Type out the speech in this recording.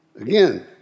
Again